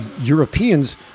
Europeans